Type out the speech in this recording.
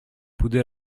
pude